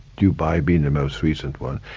dubai being the most recent one,